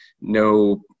no